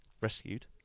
rescued